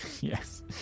Yes